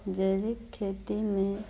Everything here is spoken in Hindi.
जैविक खेती में